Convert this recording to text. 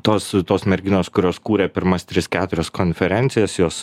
tos tos merginos kurios kūrė pirmas tris keturias konferencijas jos